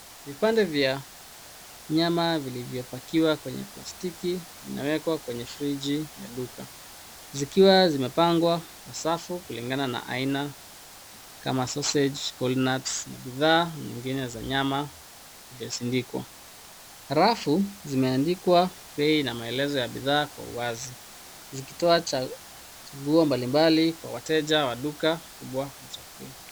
Vipande vya nyama vilivyopakiwa kwenye plastiki vinawekwa kwenye friji ya duka, zikiwa zimepangwa kwa safu kulingana na aina kama sausage coil nuts na bidhaa nyingine za nyama iliyosidikwa. Rafu zimeandikwa bei na maelezo ya bidhaa kwa uwazi zikitoa chaguo mbalimbali kwa wateja wa duka kubwa la chakula.